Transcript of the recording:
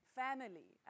family